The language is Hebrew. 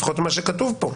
לפחות ממה שכתוב פה.